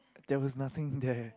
there was nothing there